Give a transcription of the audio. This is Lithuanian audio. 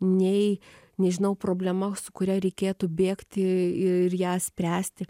nei nežinau problema su kuria reikėtų bėgti ir ją spręsti